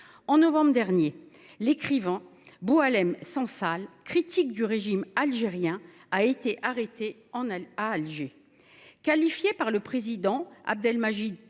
En novembre dernier, l’écrivain Boualem Sansal, critique du régime algérien, a été arrêté à Alger. Qualifié par le président Abdelmadjid